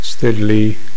Steadily